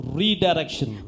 redirection